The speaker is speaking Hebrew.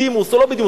בדימוס או לא בדימוס,